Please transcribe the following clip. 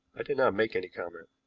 i did not make any comment.